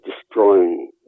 destroying